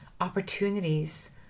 opportunities